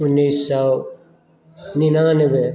उन्नैस सए निनानबे